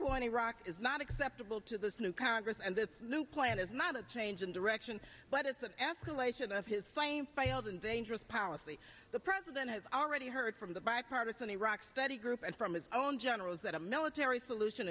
quo in iraq is not acceptable to the new congress and this new plan is not a change in direction but it's an escalation of his same failed and dangerous policy the president has already heard from the bipartisan iraq study group and from his own generals that a military solution